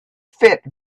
fit